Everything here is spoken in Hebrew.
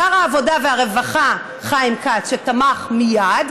שר העבודה והרווחה חיים כץ, שתמך מייד,